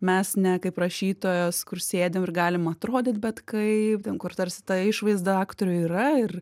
mes ne kaip rašytojos kur sėdim ir galim atrody bet kaip ten kur tarsi ta išvaizda aktorių yra ir